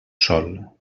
sol